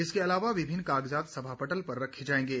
इसके अलावा विभिन्न कागजात सभा पटल पर रखे जाएंगे